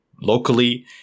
locally